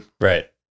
Right